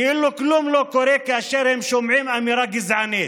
כאילו כלום לא קורה כאשר הם שומעים אמירה גזענית.